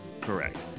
Correct